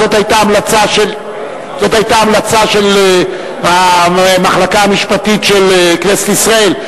זו היתה המלצה של המחלקה המשפטית של כנסת ישראל,